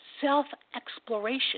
self-exploration